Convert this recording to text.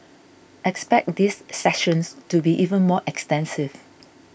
expect these sessions to be even more extensive